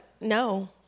no